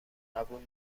قبول